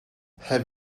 have